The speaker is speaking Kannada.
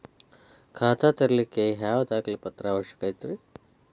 ಖಾತಾ ತೆರಿಲಿಕ್ಕೆ ಯಾವ ದಾಖಲೆ ಪತ್ರ ಅವಶ್ಯಕ?